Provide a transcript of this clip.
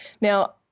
Now